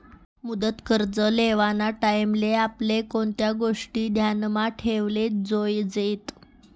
मुदत कर्ज लेवाना टाईमले आपले कोणत्या गोष्टी ध्यानमा ठेवाले जोयजेत